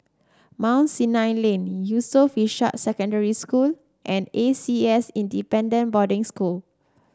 Mount Sinai Lane Yusof Ishak Secondary School and A C S Independent Boarding School